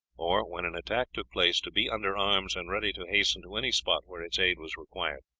or, when an attack took place, to be under arms and ready to hasten to any spot where its aid was required.